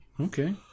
Okay